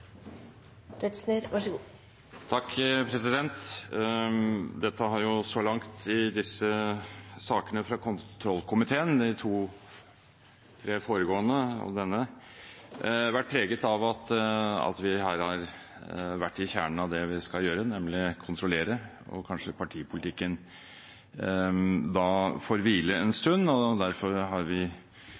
for 2013–2014. Så langt har disse sakene fra kontrollkomiteen – de to–tre foregående og denne – vært preget av at vi her har vært i kjernen av det vi skal gjøre, nemlig kontrollere, og kanskje partipolitikken da får hvile en stund. Derfor har vi